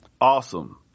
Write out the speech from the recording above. Awesome